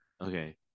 Okay